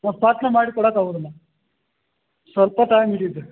ಮತ್ತು ಪಕ್ನೆ ಮಾಡಿ ಕೊಡಕೆ ಆಗೋದಿಲ್ಲ ಸ್ವಲ್ಪ ಟೈಮ್ ಹಿಡಿಯುದೆ